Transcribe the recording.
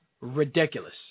ridiculous